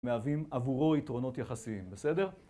מהווים עבורו יתרונות יחסיים, בסדר?